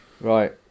Right